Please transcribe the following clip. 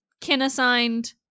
kin-assigned